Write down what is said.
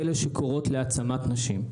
אלה שקוראות להעצמת נשים?